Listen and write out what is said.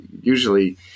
usually